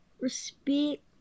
respect